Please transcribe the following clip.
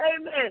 Amen